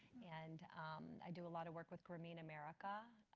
and i do a lot of work with grameen america,